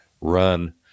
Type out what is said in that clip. run